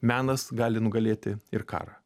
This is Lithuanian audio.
menas gali nugalėti ir karą